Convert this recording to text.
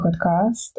podcast